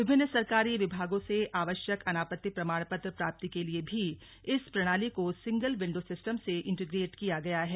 विभिन्न सरकारी विभागों से आवश्यक अनापत्ति प्रमाण पत्र प्राप्ति के लिए भी इस प्रणाली को सिंगल विंडो सिस्टम से इंटीग्रेट किया गया है